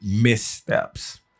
missteps